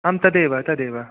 आम् तदेव तदेव